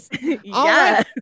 Yes